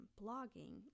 blogging